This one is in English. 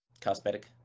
Cosmetic